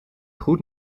goed